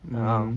mm